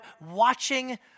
watching